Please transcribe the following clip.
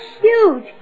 huge